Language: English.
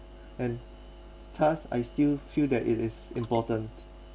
and thus I still feel that it is important